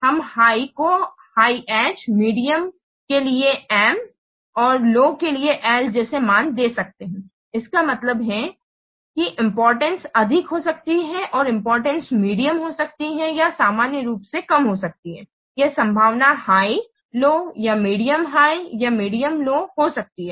तो हम हाई के लिए हाई H मेडियम के लिए M और लो के लिए L जैसे मान दे सकते हैं इसका मतलब है कि इंपॉर्टेंस अधिक हो सकती है और इंपॉर्टेंस मेडियम हो सकता है या समान रूप से कम हो सकता है या संभावना हाई लो या मेडियम हाई या मेडियम लो हो सकती है